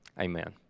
Amen